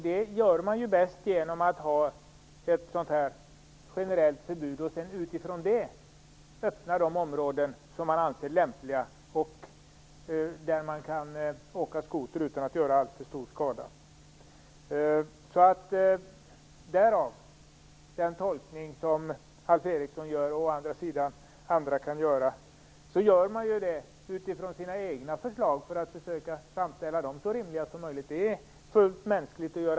Det gör man ju bäst genom ett generellt förbud och utifrån detta öppna de områden som man anser lämpliga, där man kan köra skoter utan att orsaka alltför stor skada. Alf Eriksson och andra gör tolkningar utifrån sina egna förslag för att försöka framställa dem så rimliga som möjligt, vilket är helt mänskligt.